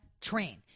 train